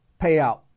payout